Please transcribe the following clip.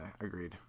agreed